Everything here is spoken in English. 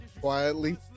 Quietly